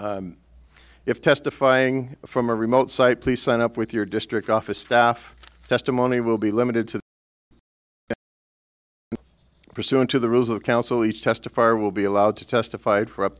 if testifying from a remote site please sign up with your district office staff testimony will be limited to pursuant to the rules of counsel each testify will be allowed to testified for up